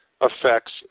affects